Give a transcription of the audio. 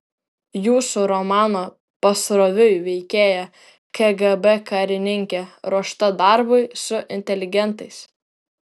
jūsų romano pasroviui veikėja kgb karininkė ruošta darbui su inteligentais